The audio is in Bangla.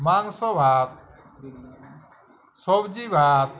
মাংস ভাত সব্জি ভাত